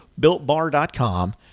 builtbar.com